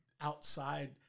outside